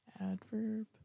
Adverb